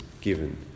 given